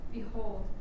Behold